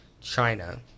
China